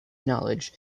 knowledge